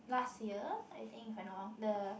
last year I think if I not wrong the